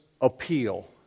Appeal